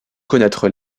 connaître